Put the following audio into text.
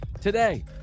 today